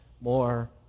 more